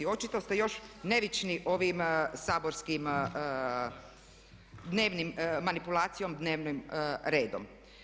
Očito ste još nevični ovim saborskim dnevnim, manipulacijom dnevnim redom.